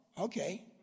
okay